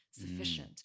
sufficient